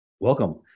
Welcome